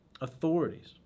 authorities